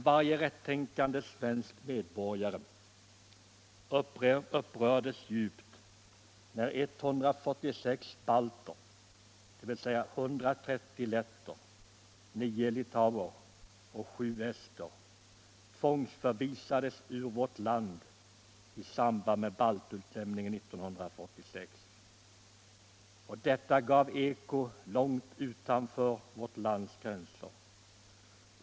Varje rättänkande svensk medborgare upprördes djupt när 146 balter tvångsförvisades ur vårt land i samband med baltutlämningen 1946. Detta gav eko långt utanför vårt lands gränser.